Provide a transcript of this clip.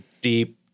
deep